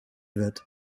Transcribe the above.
wird